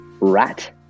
rat